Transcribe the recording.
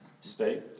state